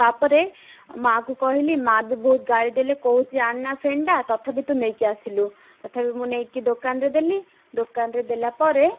ତା'ପରେ ମାଆକୁ କହିଲି ମା ବି ବହୁତ ଗାଳି ଦେଲେ କହୁଛି ଆନା ଫ୍ୟାନ୍ଟା ତଥାପି ତୁ ନେଇକି ଆସିଲୁ ତଥାପି ମୁଁ ନେଇକି ଦୋକାନ୍ରେ ଦେଲି ଦୋକାନ୍ରେ ଦେଲା ପରେ